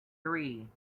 three